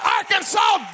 Arkansas